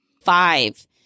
Five